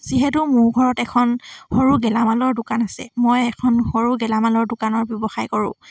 যিহেতু মোৰ ঘৰত এখন সৰু গেলামালৰ দোকান আছে মই এখন সৰু গেলামালৰ দোকানৰ ব্যৱসায় কৰোঁ